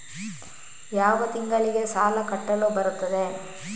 ಯಾವ ತಿಂಗಳಿಗೆ ಸಾಲ ಕಟ್ಟಲು ಬರುತ್ತದೆ?